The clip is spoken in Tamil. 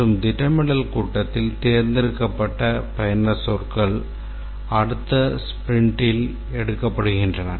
மற்றும் திட்டமிடல் கூட்டத்தில் தேர்ந்தெடுக்கப்பட்ட பயனர் சொற்கள் அடுத்த ஸ்பிரிண்டில் எடுக்கப்படுகின்றன